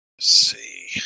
see